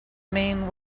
main